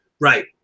Right